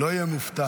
לא אהיה מופתע.